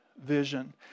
vision